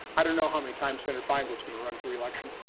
i don't know how many times senator feingold is going to run for reelection.